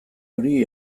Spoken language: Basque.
hori